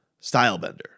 Stylebender